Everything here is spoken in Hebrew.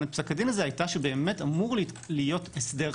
את פסק הדין הזה הייתה שבאמת אמור להיות הסדר חלופי,